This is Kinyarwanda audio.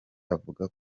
avuga